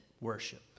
worship